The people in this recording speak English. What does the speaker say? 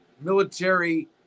military